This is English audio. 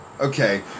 Okay